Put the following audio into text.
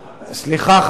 סליחה,